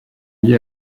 lié